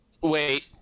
Wait